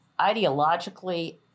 Ideologically